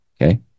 okay